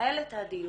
לנהל את הדיון.